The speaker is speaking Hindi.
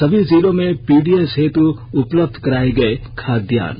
सभी जिलों में पीडीएस हेतु उपलब्ध कराये गए खाद्यान्न